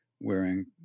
wearing